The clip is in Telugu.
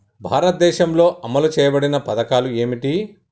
భారతదేశంలో అమలు చేయబడిన పథకాలు ఏమిటి?